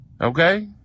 Okay